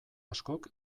askok